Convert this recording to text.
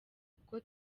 kuko